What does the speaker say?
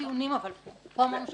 אבל פה אמרנו שאין טיעונים.